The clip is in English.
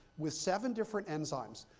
with seven different enzymes,